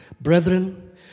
Brethren